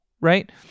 right